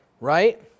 Right